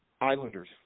Islanders